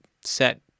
set